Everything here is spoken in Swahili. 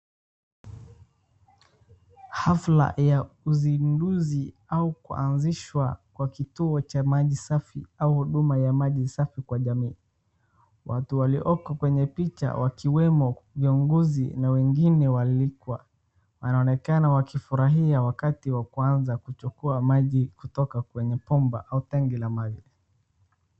Hafla ya uzinduzi au kuanzishwa kwa kituo cha maji safi au huduma ya maji safi kwa jamii. Watu walioko kwenye picha wakiwemo viongozi na wengine walioko. Wanaonekana wakifurahia wakati wa kuanza kuchukua maji kutoka kwenye bomba au tenge la maji.